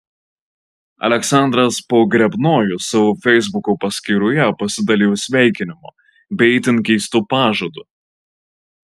aleksandras pogrebnojus savo feisbuko paskyroje pasidalijo sveikinimu bei itin keistu pažadu